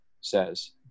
says